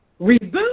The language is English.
Reboot